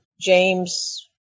James